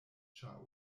ĉar